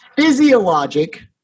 physiologic